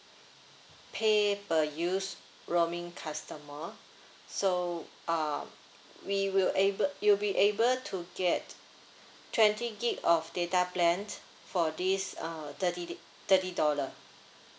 pay per use roaming customer so um we will able you'll be able to get twenty gig of data plan for this uh thirty d~ thirty dollar